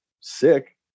sick